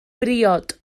briod